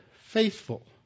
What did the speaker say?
faithful